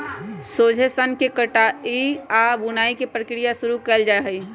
सोझे सन्न के कताई आऽ बुनाई के प्रक्रिया शुरू कएल जाइ छइ